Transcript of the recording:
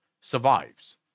survives